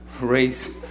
race